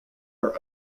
are